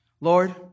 Lord